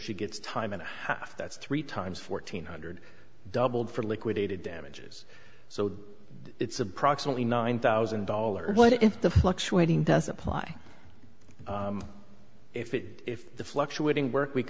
she gets time and a half that's three times fourteen hundred doubled for liquidated damages so it's approximately nine thousand dollars but if the fluctuating doesn't apply if it if the fluctuating work week